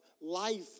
life